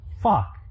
fuck